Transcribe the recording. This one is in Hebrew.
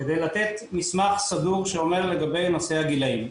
כדי לתת מסמך סדור שאומר לגבי נושא הגילאים.